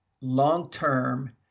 long-term